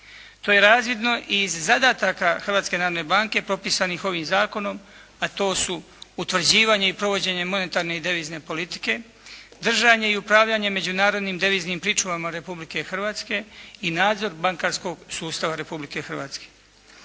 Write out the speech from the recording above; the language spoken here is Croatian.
To je razvidno i iz zadataka Hrvatske narodne banke propisanih ovim zakonom, a to su utvrđivanje i provođenje monetarne i devizne politike, držanje i upravljanje međunarodnim deviznim pričuvama Republike Hrvatske i nadzor bankarskog sustava Republike Hrvatske.